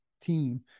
team